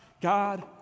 God